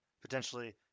potentially